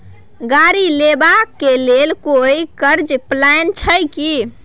गाड़ी लेबा के लेल कोई कर्ज प्लान छै की?